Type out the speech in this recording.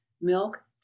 milk